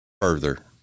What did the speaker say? further